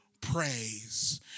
praise